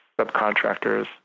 subcontractors